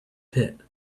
pit